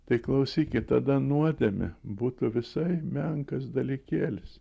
tai klausykit tada nuodėmė būtų visai menkas dalykėlis